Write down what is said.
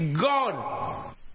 God